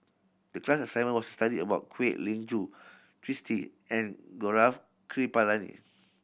the class assignment was to study about Kwek Leng Joo Twisstii and Gaurav Kripalani